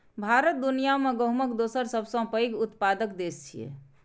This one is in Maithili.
भारत दुनिया मे गहूमक दोसर सबसं पैघ उत्पादक देश छियै